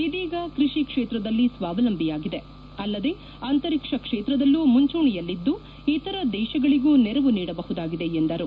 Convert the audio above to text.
ಇದೀಗ ಕೃಷಿ ಕ್ಷೇತ್ರದಲ್ಲಿ ಸ್ವಾವಲಂಬಿಯಾಗಿದೆ ಅಲ್ಲದೇ ಅಂತರಿಕ್ಷ ಕ್ಷೇತ್ರದಲ್ಲೂ ಮುಂಚೂಣಿಯಲ್ಲಿದ್ದು ಇತರ ದೇಶಗಳಿಗೂ ನೆರವು ನೀಡಬಹುದಾಗಿದೆ ಎಂದರು